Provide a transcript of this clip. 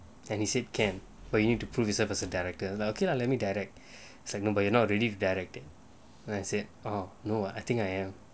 and he said can but you need to prove yourself as a director lah okay lah let me direct it's like no but you're not really director and I said ah no I think I am